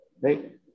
right